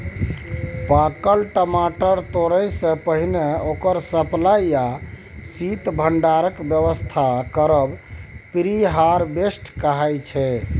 पाकल टमाटर तोरयसँ पहिने ओकर सप्लाई या शीत भंडारणक बेबस्था करब प्री हारवेस्ट कहाइ छै